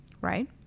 right